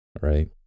right